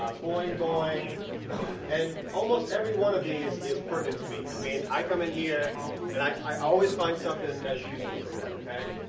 boing boing and almost everyone of these is pertinent to me. i mean i come in here and i i always find something that is useful for me. ok.